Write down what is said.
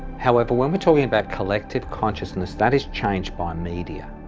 however, when we're talking about collective consciousness, that is changed by media.